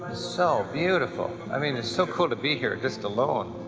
so beautiful. i mean, it's so cool to be here just alone.